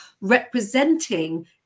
representing